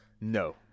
No